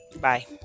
Bye